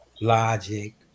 logic